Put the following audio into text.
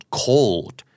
cold